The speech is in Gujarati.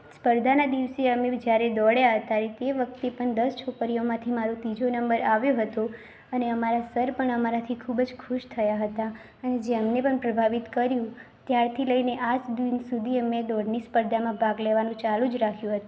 સ્પર્ધાના દિવસે અમે જ્યારે દોડ્યા હતા તે વખતે પણ દસ છોકરીઓમાંથી મારો ત્રીજો નંબર આવ્યો હતો અને અમારા સર પણ અમારાથી ખૂબ જ ખુશ થયા હતા અને જેમને પણ પ્રભાવિત કર્યું ત્યારથી લઈને આજ દીન સુધી દોડની સ્પર્ધામાં ભાગ લેવાનું ચાલુ જ રાખ્યું હતું